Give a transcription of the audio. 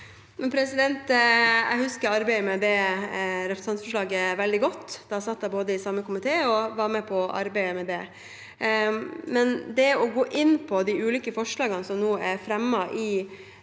Jeg husker ar- beidet med det representantforslaget veldig godt. Da satt jeg i komiteen og var med på arbeidet med det. Det å gå inn på de ulike forslagene som nå er fremmet i